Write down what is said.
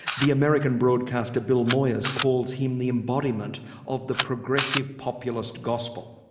the american broadcaster bill moyers calls him the embodiment of the progressive populist gospel.